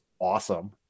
awesome